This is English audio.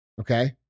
Okay